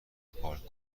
پارک